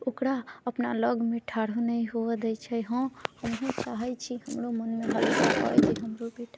ओकरा अपना लगमे ठाड़ो नहि हुवे दै छै हँ हमहुँ चाहै छी हमरो मनमे लालसा अइ जे हमरो बेटा